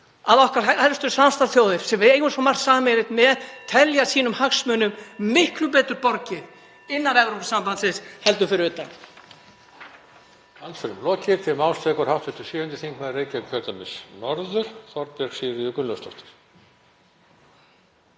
að okkar helstu samstarfsþjóðir, sem við eigum svo margt sameiginlegt með, telja hagsmunum sínum miklu betur borgið innan Evrópusambandsins heldur fyrir utan